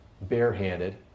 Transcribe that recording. barehanded